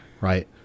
right